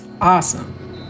awesome